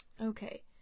Okay